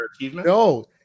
no